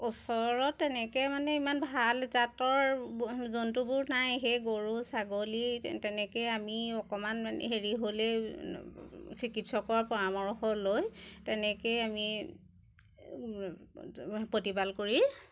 ওচৰত তেনেকৈ মানে ইমান ভাল জাতৰ ব জন্তুবোৰ নাই সেই গৰু ছাগলী তেনেকৈয়ে আমি অকণমান মানে হেৰি হ'লে চিকিৎসকৰ পৰামৰ্শ লৈ তেনেকৈয়ে আমি প্ৰতিপাল কৰি